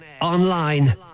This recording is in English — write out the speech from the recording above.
online